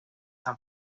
san